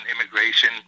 immigration